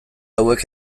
hauek